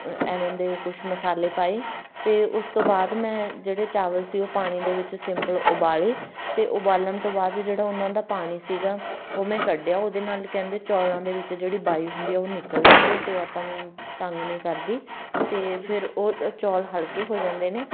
ਐਵੇਂ ਦੇ ਕੁਛ ਮਸਾਲੇ ਪਾਏ ਅਤੇ ਉਸ ਤੋਂ ਬਾਅਦ ਮੈਂ ਜਿਹੜੇ ਚਾਵਲ ਸੀ ਉਹ ਪਾਣੀ ਦੇ ਵਿੱਚ ਸਿੰਪਲ ਉਬਾਲੇ ਅਤੇ ਉਬਾਲਣ ਤੋਂ ਬਾਅਦ ਜਿਹੜਾ ਉਹਨਾਂ ਦਾ ਪਾਣੀ ਸੀਗਾ ਉਹ ਮੈਂ ਕੱਢਿਆ ਉਹਦੇ ਨਾਲ਼ ਕਹਿੰਦੇ ਚੌਲਾਂ ਦੇ ਵਿੱਚ ਜਿਹੜੀ ਬਾਈਵ ਹੁੰਦੀ ਆ ਉਹ ਨਿਕਲ ਜਾਂਦੀ ਆ ਅਤੇ ਉਹ ਆਪਾਂ ਨੂੰ ਤੰਗ ਨਹੀਂ ਕਰਦੀ ਅਤੇ ਫਿਰ ਉਹ ਚੌਲ ਹਲਕੇ ਹੋ ਜਾਂਦੇ ਨੇ